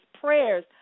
prayers